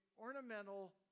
ornamental